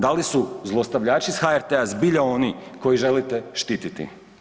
Da li su zlostavljači s HRT-a zbilja oni koje želite štititi?